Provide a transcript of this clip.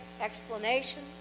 explanation